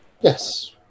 Yes